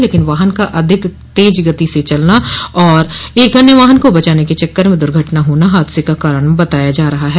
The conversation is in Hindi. लेकिन वाहन का अधिक गति से चलना और एक अन्य वाहन को बचाने के चक्कर में दुर्घटना का होना हादसे का कारण बताया जा रहा है